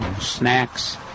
snacks